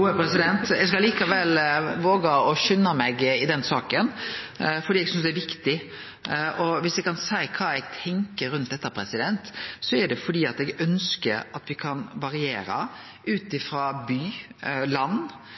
Eg skal likevel våge å skunde meg i denne saka fordi eg synest det er viktig. Og viss eg kan seie kva eg tenkjer rundt dette, er det at eg ønskjer at me kan variere ut frå by, land,